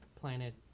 planet